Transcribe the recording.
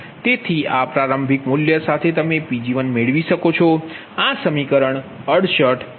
તેથી આ પ્રારંભિક મૂલ્ય સાથે તમે Pg1 મેળવી શકો છો આ સમીકરણ 68 છે